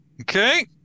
Okay